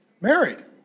married